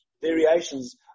variations